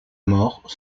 mort